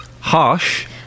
Harsh